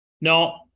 No